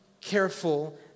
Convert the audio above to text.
careful